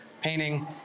painting